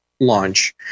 launch